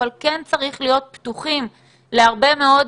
אבל כן צריך להיות פתוחים להרבה מאוד